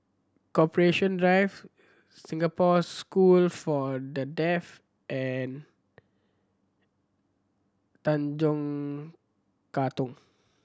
Corporation Drive Singapore School for The Deaf and Tanjong Katong